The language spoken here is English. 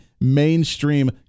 mainstream